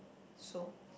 so